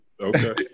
Okay